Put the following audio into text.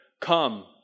Come